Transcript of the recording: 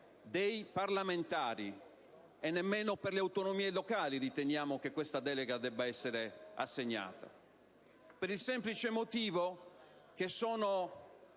dei parlamentari. Nemmeno per le autonomie locali riteniamo che questa delega debba essere assegnata. E questo per il semplice motivo che si